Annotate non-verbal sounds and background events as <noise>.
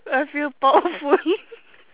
I feel powerful <laughs>